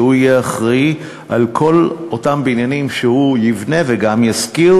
שהוא יהיה אחראי על כל אותם בניינים שהוא יבנה וגם ישכיר,